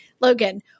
Logan